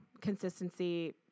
consistency